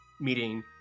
meeting